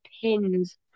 pins